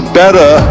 better